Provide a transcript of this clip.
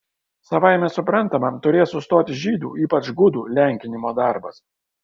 savaime suprantama turės sustoti žydų ypač gudų lenkinimo darbas